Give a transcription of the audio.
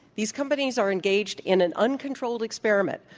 these companies are engaged in an uncontrolled experiment,